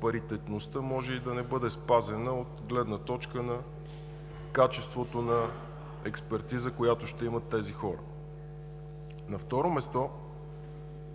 паритетността може и да не бъде спазена от гледна точка на качеството на експертиза, която ще имат тези хора. На второ място,